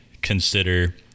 consider